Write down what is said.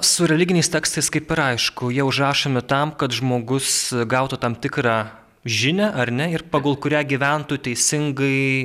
su religiniais tekstais kaip ir aišku jie užrašomi tam kad žmogus gautų tam tikrą žinią ar ne ir pagal kurią gyventų teisingai